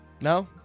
no